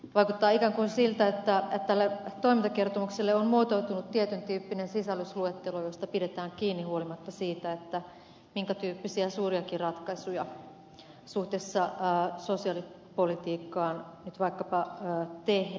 vaikuttaa ikään kuin siltä että toimintakertomukselle on muotoutunut tietyn tyyppinen sisällysluettelo josta pidetään kiinni huolimatta siitä minkä tyyppisiä suuriakin ratkaisuja suhteessa sosiaalipolitiikkaan nyt vaikkapa tehdään